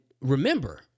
remember